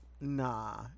nah